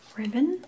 ribbon